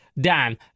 Dan